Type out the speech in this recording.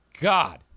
God